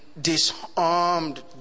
disarmed